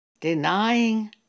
denying